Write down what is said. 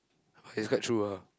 okay it's quite true ah